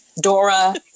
Dora